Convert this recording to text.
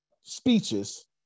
speeches